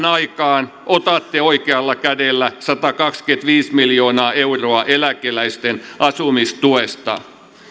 aikaan otatte oikealla kädellä satakaksikymmentäviisi miljoonaa euroa eläkeläisten asumistuesta